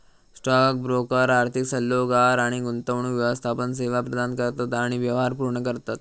stock broker आर्थिक सल्लोगार आणि गुंतवणूक व्यवस्थापन सेवा प्रदान करतत आणि व्यवहार पूर्ण करतत